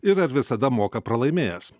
ir ar visada moka pralaimėjęs